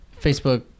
Facebook